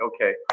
okay